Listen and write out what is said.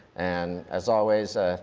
and as always,